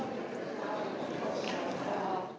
Hvala